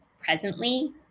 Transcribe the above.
presently